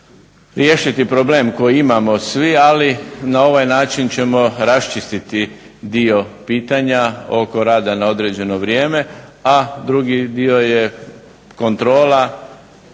riješiti problem koji imamo svi ali na ovaj način ćemo raščistiti dio pitanja oko rada na određeno vrijeme. A drugi dio je kontrola,